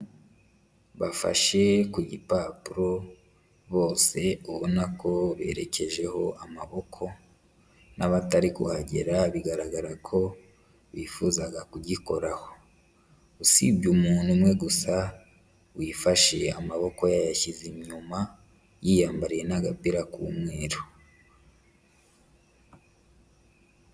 Bafashe ku gipapuro bose ubona ko berekejeho amaboko, n'abatari kuhagera bigaragara ko bifuzaga kugikoraho, usibye umuntu umwe gusa wifashe amaboko yayashyize inyuma, yiyambariye n'agapira k'umweru.